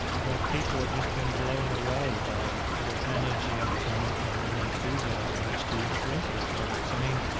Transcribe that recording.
the people are just being blown away by the energy and commitment and enthusiasm that students bring to these projects i mean,